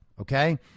okay